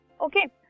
okay